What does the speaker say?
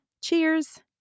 Cheers